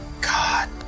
God